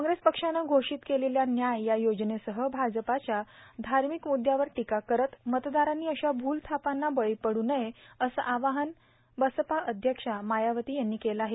काँग्रेस पक्षानं घोषीत केलेल्या न्याय या योजनेसह भाजपच्या धार्मामक मुद्यावर टोका करत मतदारांनी अशा भूलथापांना बळी पडू नये असं आवाहन बसपा अध्यक्ष मायावती यांनी केलं आहे